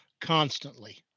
constantly